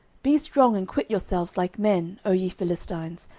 be strong and quit yourselves like men, o ye philistines,